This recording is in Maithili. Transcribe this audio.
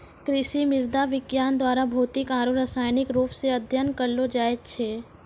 कृषि मृदा विज्ञान द्वारा भौतिक आरु रसायनिक रुप से अध्ययन करलो जाय छै